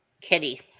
Kitty